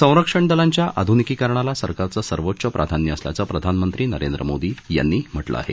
संरक्षण दलांच्या आधुनिकीकरणाला सरकारचं सर्वोच्च प्राधान्य असल्याचं प्रधानमंत्री नरेंद्र मोदी यांनी म्हटलं आहे